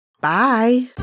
Bye